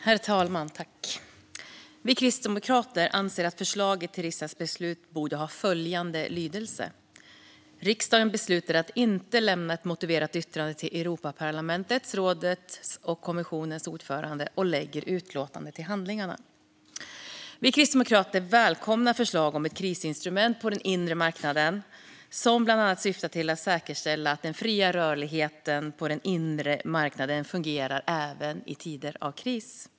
Herr talman! Vi kristdemokrater anser att förslaget till riksdagsbeslut borde ha följande lydelse: Riksdagen beslutar att inte lämna ett motiverat yttrande till Europaparlamentets, rådets och kommissionens ordförande och lägger utlåtandet till handlingarna. Vi kristdemokrater välkomnar förslaget om ett krisinstrument på den inre marknaden som bland annat syftar till att säkerställa att den fria rörligheten på den inre marknaden fungerar även i tider av kris.